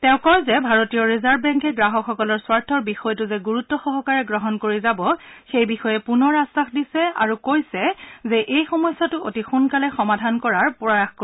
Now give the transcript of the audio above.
তেওঁ কয় যে ভাৰতীয় ৰিজাৰ্ভ বেংকে গ্ৰাহকসকলৰ স্বাৰ্থৰ বিষয়টো যে গুৰুত্ব সহকাৰে গ্ৰহণ কৰি যাব সেই বিষয়ে পুনৰ আশ্বাস দিছে আৰু কৈছে যে এই সমস্যাটো অতি সোনকালে সমাধান কৰাৰ প্ৰয়াস কৰিব